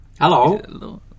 Hello